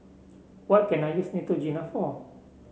what can I use Neutrogena for